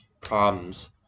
problems